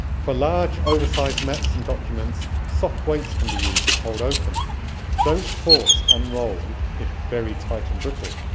for large, oversize maps and documents, soft weights can be used to hold open don't force unrolled if very tight and brittle.